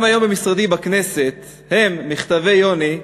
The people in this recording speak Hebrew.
גם היום במשרדי בכנסת הם, "מכתבי יוני",